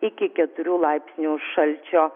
iki keturių laipsnių šalčio